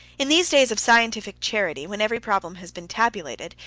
in these days of scientific charity, when every problem has been tabulated,